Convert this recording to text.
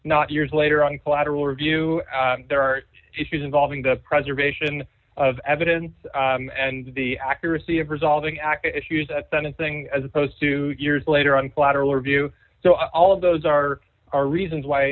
not years later on collateral review there are issues involving the preservation of evidence and the accuracy of resolving acca issues at sentencing as opposed to years later on collateral review so all of those are our reasons why